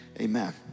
amen